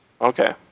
Okay